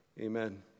amen